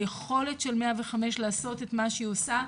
היכולת של 105 לעשות את מה שהיא עושה,